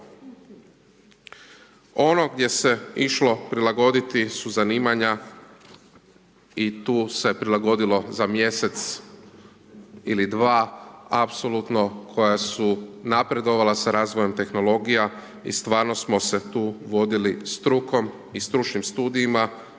Ono gdje se je išlo prilagoditi su zanimanja i tu se prilagodilo za mjesec ili dva apsolutno koja su napredovala s razvojem tehnologija i stvarno smo se tu vodili strukom i stručnim studijima,